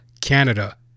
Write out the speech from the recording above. Canada